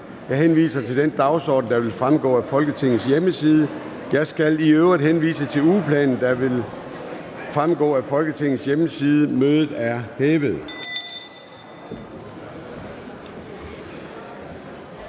Jeg henviser til den dagsorden, der vil fremgå af Folketingets hjemmeside. Jeg skal øvrigt henvise til ugeplanen, der vil fremgå af Folketingets hjemmeside. Mødet er hævet.